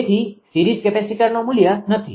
તેથી સીરીઝ કેપેસિટરનું મૂલ્ય નથી